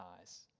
eyes